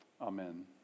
Amen